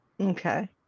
Okay